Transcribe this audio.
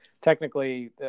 technically